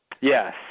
Yes